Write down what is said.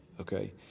okay